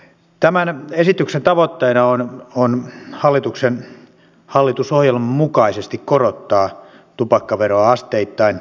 tämän esityksen tavoitteena on hallitusohjelman mukaisesti korottaa tupakkaveroa asteittain